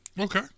Okay